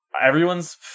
Everyone's